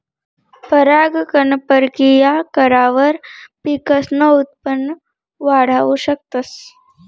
परागकण परकिया करावर पिकसनं उत्पन वाढाऊ शकतस